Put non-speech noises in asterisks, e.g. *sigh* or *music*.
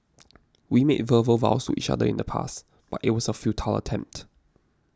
*noise* we made verbal vows to each other in the past but it was a futile attempt